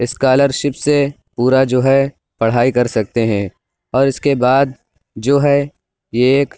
scholarship سے پورا جو ہے پڑھائی کر سکتے ہیں اور اس کے بعد جو ہے ایک